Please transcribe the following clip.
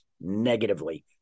negatively